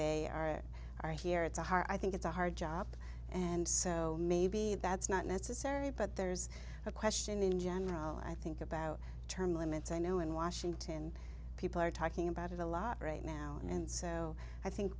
they are i hear it's a hard i think it's a hard job and so maybe that's not necessary but there's a question in general i think about term limits i know in washington people are talking about it a lot right now and so i think